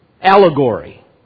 allegory